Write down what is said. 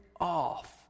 off